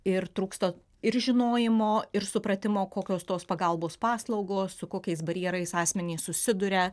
ir trūksta ir žinojimo ir supratimo kokios tos pagalbos paslaugos su kokiais barjerais asmenys susiduria